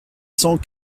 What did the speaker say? cent